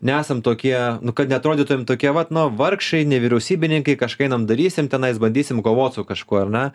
nesam tokie kad neatrodytum tokie vat nu vargšai nevyriausybininkai kažką einam darysim tenais bandysim kovot su kažkuo ar ne